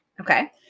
Okay